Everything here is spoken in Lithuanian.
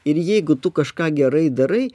ir jeigu tu kažką gerai darai